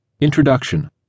Introduction